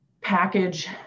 package